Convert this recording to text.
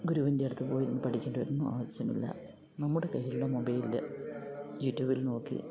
ഗുരുവിൻ്റെ അടുത്ത് പോയി ഇരുന്ന് പഠിക്കേണ്ട ഒന്നും ആവിശ്യമില്ല നമ്മുടെ കൈയിലുള്ള മൊബൈലില് യൂട്യൂബിൽ നോക്കി